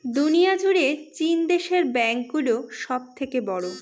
দুনিয়া জুড়ে চীন দেশের ব্যাঙ্ক গুলো সব থেকে বড়ো